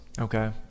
Okay